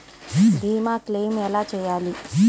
భీమ క్లెయిం ఎలా చేయాలి?